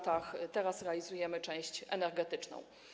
Teraz realizujemy część energetyczną.